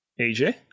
AJ